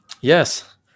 yes